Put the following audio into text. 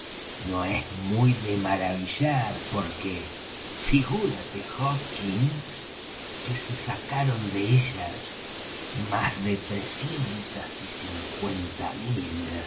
no es muy de maravillar porque figúrate hawkins que se sacaron de ellas más de trescientas y cincuenta mil